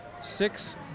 six